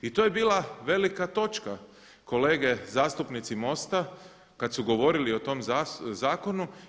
I to je bila velika točka kolege zastupnici MOST-a kad su govorili o tom zakonu.